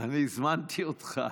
אני הזמנתי אותך.